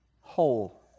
whole